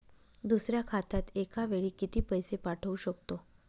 दुसऱ्या खात्यात एका वेळी किती पैसे पाठवू शकतो?